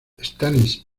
stannis